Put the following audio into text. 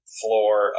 floor